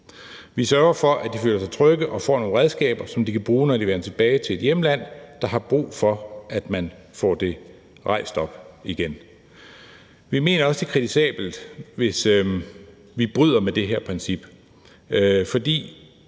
Vi sørger for, at de føler sig trygge og får nogle redskaber, som de kan bruge, når de vender tilbage til et hjemland, der har brug for, at man får det rejst op igen. Vi mener også, det er kritisabelt, hvis vi bryder med det her princip,